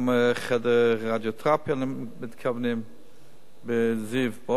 אנחנו גם מתכוונים לעשות ב"זיו" חדר רדיותרפיה,